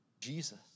Jesus